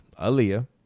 Aaliyah